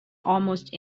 almost